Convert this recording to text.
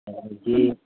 ꯑꯗꯒꯤ